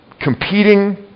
Competing